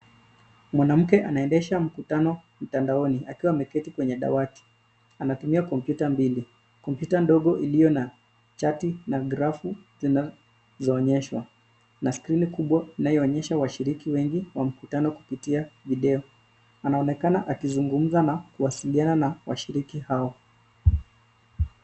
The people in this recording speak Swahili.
Mwanamke anaendesha mkutano mtandaoni akiwa ameketi kwenye dawati . Anatumia kompyuta mbili, kompyuta ndogo iliyo na chati na grafu zinazoonyeshwa na skrini kubwa inayoonyesha washiriki wengi wa mkutano kupitia video. Anaonekana akizungumza na kuwasiliana na washiriki hao.